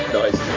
nice